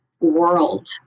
world